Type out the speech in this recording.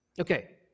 Okay